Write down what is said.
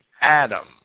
Adam